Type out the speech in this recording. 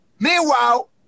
Meanwhile